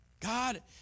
God